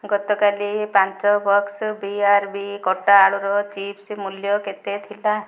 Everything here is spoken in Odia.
ଗତକାଲି ପାଞ୍ଚ ବାକ୍ସ ବି ଆର୍ ବି କଟା ଆଳୁର ଚିପ୍ସ୍ ମୂଲ୍ୟ କେତେ ଥିଲା